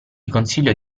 consiglio